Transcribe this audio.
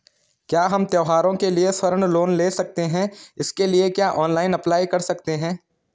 क्या हम त्यौहारों के लिए स्वर्ण लोन ले सकते हैं इसके लिए क्या ऑनलाइन अप्लाई कर सकते हैं?